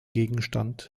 gegenstand